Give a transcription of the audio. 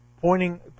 pointing